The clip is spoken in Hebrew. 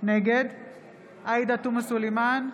עאידה תומא סלימאן,